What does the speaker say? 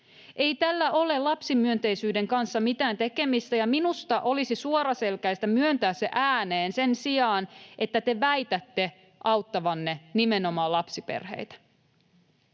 Ei tällä ole lapsimyönteisyyden kanssa mitään tekemistä, ja minusta olisi suoraselkäistä myöntää se ääneen sen sijaan, että te väitätte auttavanne nimenomaan lapsiperheitä.